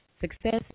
success